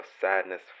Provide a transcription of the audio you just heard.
sadness